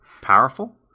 powerful